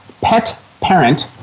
PETPARENT